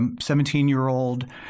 17-year-old